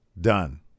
Done